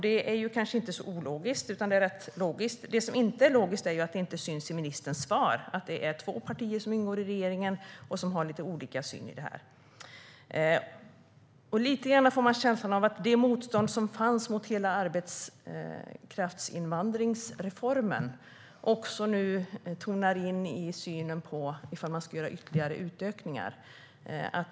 Det är kanske inte ologiskt utan ganska logiskt. Det som inte är logiskt är att det inte framgår av ministerns svar i dag att de två partier som ingår i regeringen har lite olika syn på det här. Jag får en liten känsla av att det motstånd som fanns mot hela arbetskraftsinvandringsreformen också tonar in i synen på om man ska göra ytterligare utökningar.